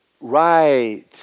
Right